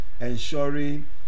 ensuring